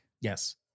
Yes